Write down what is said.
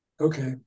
okay